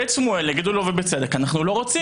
בית שמואל יגידו לו בצדק: אנחנו לא רוצים.